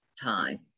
time